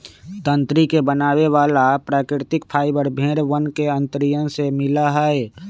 तंत्री के बनावे वाला प्राकृतिक फाइबर भेड़ वन के अंतड़ियन से मिला हई